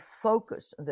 focus